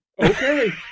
Okay